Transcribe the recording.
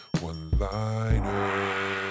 one-liner